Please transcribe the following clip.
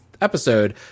episode